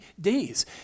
days